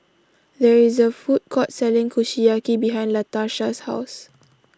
there is a food court selling Kushiyaki behind Latarsha's house